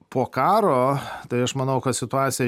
po karo tai aš manau kad situacija